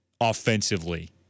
offensively